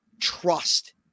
trust